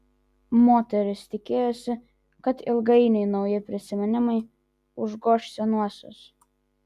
moteris tikėjosi kad ilgainiui nauji prisiminimai užgoš senuosius